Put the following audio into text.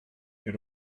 your